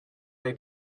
they